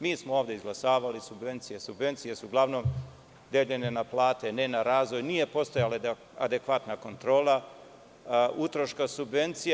Mi smo ovde izglasavali subvencije, subvencije su uglavnom deljene na plate, ne na razvoj, nije postojala adekvatna kontrola utroška subvencija.